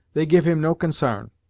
they give him no consarn.